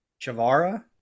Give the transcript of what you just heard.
Chavara